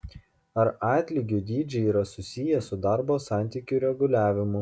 ar atlygių dydžiai yra susiję su darbo santykių reguliavimu